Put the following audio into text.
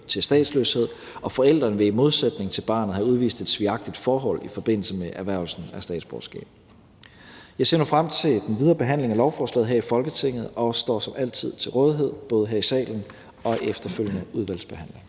til statsløshed, og forældrene vil i modsætning til barnet have udvist et svigagtigt forhold i forbindelse med erhvervelsen af statsborgerskab. Jeg ser nu frem til den videre behandling af lovforslaget her i Folketinget og står som altid til rådighed både her i salen og i den efterfølgende udvalgsbehandling.